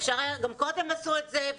גם קודם עשו את זה,